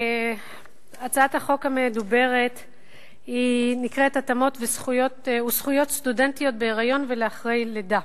הצעת החוק המדוברת נקראת התאמות וזכויות לסטודנטיות בהיריון ואחרי לידה.